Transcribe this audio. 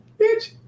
bitch